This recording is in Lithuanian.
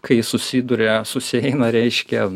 kai susiduria susieina reiškia